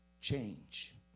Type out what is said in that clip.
change